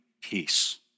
peace